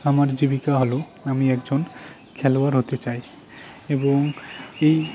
আমার জীবিকা হল আমি একজন খেলোয়াড় হতে চাই এবং এই